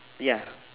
ya